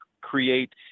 create